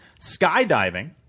Skydiving